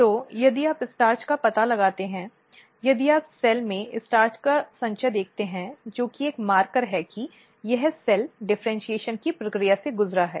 इसलिए यदि आप स्टार्च का पता लगाते हैं यदि आप सेल में स्टार्च का संचय देखते हैं जो कि एक मार्कर है की यह सेल डिफ़र्इन्शीएशन की प्रक्रिया से गुजरा है